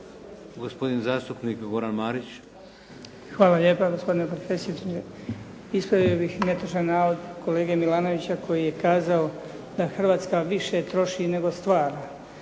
Gospodin zastupnik Goran Marić. **Marić, Goran (HDZ)** Hvala lijepa gospodine potpredsjedniče. Ispravio bih netočan navod kolege Milanovića koji je kazao da Hrvatska više troši nego stvara.